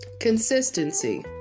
Consistency